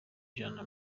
ijana